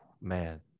man